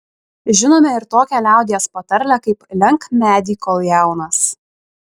žinome ir tokią liaudies patarlę kaip lenk medį kol jaunas